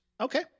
Okay